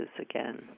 again